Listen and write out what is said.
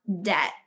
debt